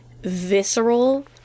visceral